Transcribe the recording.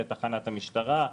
לתחנת משטרה.